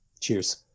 Cheers